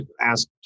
ask